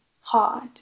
hard